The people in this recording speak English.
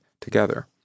together